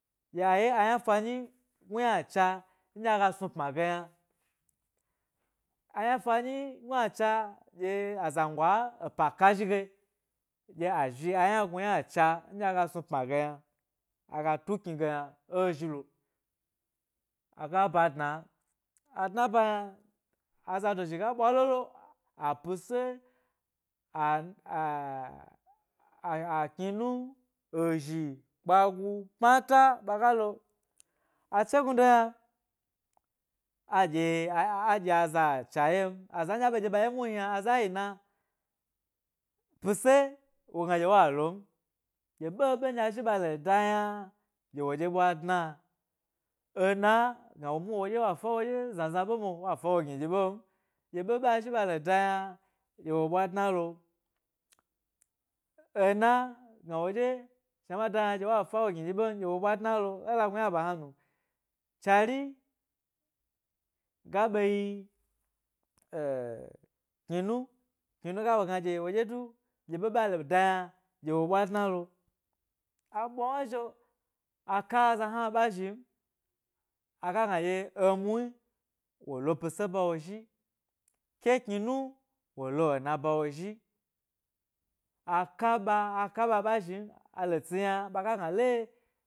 Dye ye ayna fanyi gnu yna cha ndye aga snu pma ge yna, ayna fanyi gnu yacha, dye azango a epa ka zhige dye a zhi a yna gnuynacha ndye aga snu? Pma ge yna, aga tu kni ge yna e zhilo aga ba, dna, adua ba yna azado zhi ga bwalolo, a pise, kninu ezhi kpagu pmata baga lo, a chegnudo yna adye a a dye a za cha yem aza ndye a be dye ba ye muhni mya aza yi na dye woga, pise wo gna wogna dye wuga lom, ɗye ɓe ɓe azhi ɓe lo do yna dye wo dye ɓwa dna. Ena gna wo muhni wa fawo ɗyie zna zna ɓe nnwo, wa fa wo gni ɗyi be m ɗye ɓe ɓe azhi be la da yna dye wo dye ɓwa dnalo. Ena, gna wodye shna ma yna yna dye wa fa wo gni dyi ɓe m, dye wo ɓwa dnalo ela gnu yaba hna nu chari ga ɓe yi eh kni nu, kninu ga ɓe gna dye wo dye du ɓye be ale da yna dye ɓwa dnalo amwa zhi'o aka aza yna ba zhim aga gni dye emu wo lo pise ba wo zhi, ke kninu wo h ena ba wo zhi aka ba aka ba, ɓa zhin alo tsi yna ɓa gna le